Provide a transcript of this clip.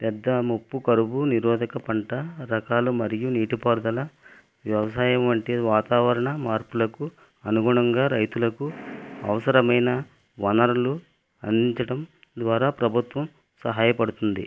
పెద్ద ముప్పు కలుగు నిరోధక పంట రకాలు మరియు నీటి పారుదల వ్యవసాయం వంటి వాతావరణ మార్పులకు అనుగుణంగా రైతులకు అవసరమైన వనరులు అందించటం ద్వారా ప్రభుత్వం సహాయ పడుతుంది